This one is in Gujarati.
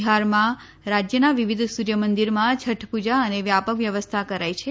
બિહારમાં રાજ્યના વિવિધ સૂર્યમંદિરમાં છઠ પુજા માટે વ્યાપક વ્યવસ્થા કરાઈ છે